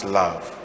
love